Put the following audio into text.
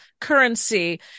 currency